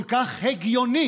כל כך הגיוני,